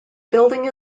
building